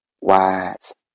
Wise